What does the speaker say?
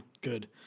Good